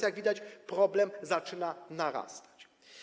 Jak widać, problem zaczyna narastać.